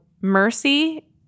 mercy